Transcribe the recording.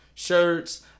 shirts